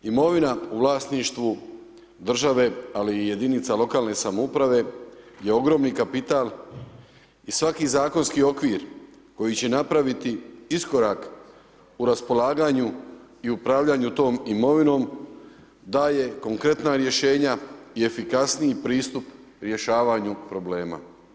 Imovina u vlasništvu države ali i jedinice lokalne samouprave, je ogromni kapital i svaki zakonski okvir koji će napraviti iskorak u raspolaganju i upravljanju tom imovinom daje konkretna rješenja i efikasniji pristup rješavanju problema.